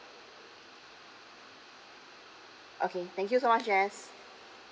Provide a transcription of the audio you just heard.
okay thank you so much jess